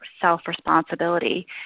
self-responsibility